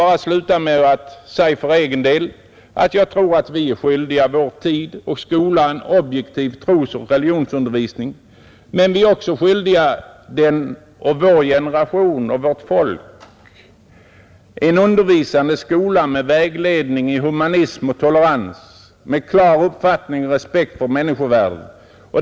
Jag vill sluta med att för egen del säga att jag tror att vi är skyldiga vår tid och skola en objektiv trosoch religionsundervisning, men vi är också skyldiga vår generation och vårt folk en undervisande skola med vägledning i humanism och tolerans, med klar uppfattning av och respekt för människovärdet.